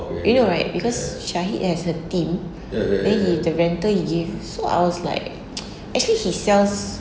you know right because changi has a team then he the rental he give so I was like actually he sells